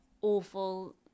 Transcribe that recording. awful